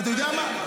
אתה יודע מה?